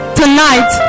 tonight